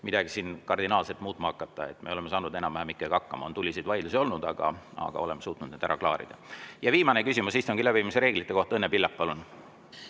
midagi kardinaalselt muutma hakata. Me oleme saanud enam-vähem hakkama. On tuliseid vaidlusi olnud, aga oleme suutnud need ära klaarida. Ja viimane küsimus istungi läbiviimise reeglite kohta. Õnne Pillak, palun!